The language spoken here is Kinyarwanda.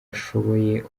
ashoboye